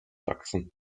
sachsen